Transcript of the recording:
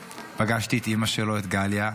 פגשתי את אימא שלו, את גליה,